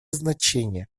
значение